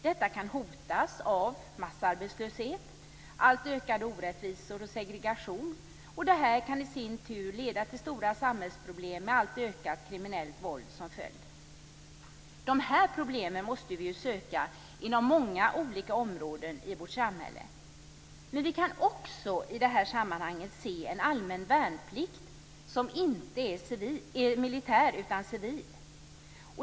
De kan hotas av massarbetslöshet, alltmer ökande orättvisor och segregation. Det kan i sin tur leda till stora samhällsproblem med ökat kriminellt våld som följd. Lösningarna på dessa problem måste vi söka inom många olika områden i vårt samhälle. I det här sammanhanget vill vi också se en allmän värnplikt som inte är militär utan civil.